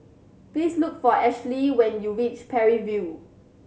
please look for Ashely when you reach Parry View